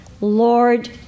Lord